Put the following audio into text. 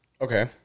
Okay